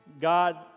God